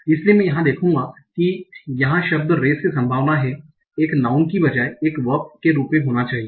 इसलिए मैं यहां देखूंगा कि यहां शब्द रेस की संभावना एक नाउँन की बजाय एक वर्ब के रूप में होनी चाहिए